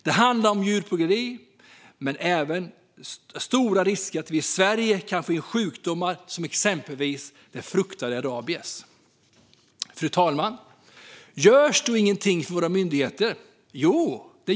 Det handlar om djurplågeri, men det handlar också om stora risker för att det kommer in sjukdomar i Sverige, till exempel den fruktade sjukdomen rabies. Fru talman! Görs då ingenting av våra myndigheter? Jo!